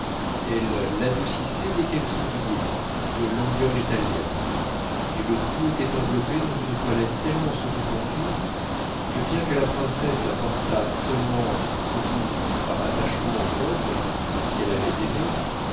elle l'adoucissait dès qu'elle souriait de langueur italienne et le tout était enveloppé dans une toilette tellement second empire que bien que la princesse la portât seulement sans doute par attachement aux modes qu'elle avait aimées